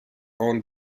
owned